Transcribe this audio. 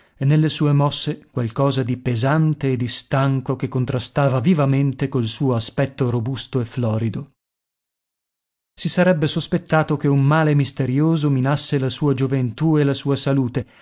e nelle sue mosse qualcosa di pesante e di stanco che contrastava vivamente col suo aspetto robusto e florido si sarebbe sospettato che un male misterioso minasse la sua gioventù e la sua salute